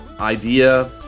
idea